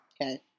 Okay